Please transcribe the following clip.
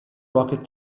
rocket